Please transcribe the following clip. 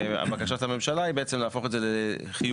ובקשת הממשלה היא בעצם להפוך את זה לחיובי,